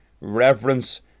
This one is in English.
reverence